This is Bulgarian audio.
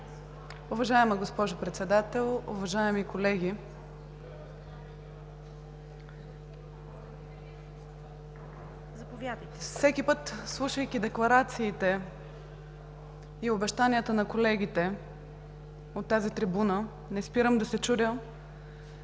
Уважаема госпожо Председател, уважаеми колеги! Всеки път, слушайки декларациите и обещанията на колегите от тази трибуна, не спирам да се чудя